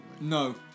No